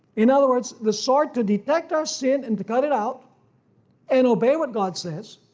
in other words, the sword to detect our sin and to cut it out and obey what god says,